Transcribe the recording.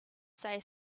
say